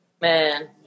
Man